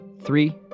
Three